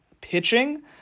pitching